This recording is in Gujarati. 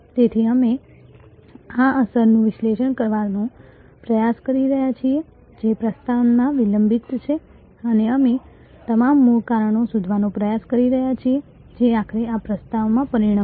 તેથી અમે આ અસરનું વિશ્લેષણ કરવાનો પ્રયાસ કરી રહ્યા છીએ જે પ્રસ્થાનમાં વિલંબિત છે અને અમે તમામ મૂળ કારણો શોધવાનો પ્રયાસ કરી રહ્યા છીએ જે આખરે આ પ્રસ્થાનમાં પરિણમ્યું